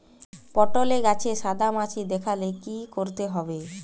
পটলে গাছে সাদা মাছি দেখালে কি করতে হবে?